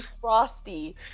frosty